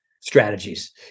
strategies